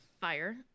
fire